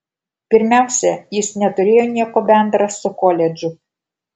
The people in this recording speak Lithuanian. pirmiausia jis neturėjo nieko bendra su koledžu